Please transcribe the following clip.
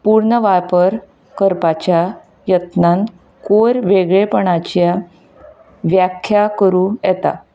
पूर्ण वापर करपाच्या यत्नान कयर वेगळेपणाच्या व्याख्या करूं येता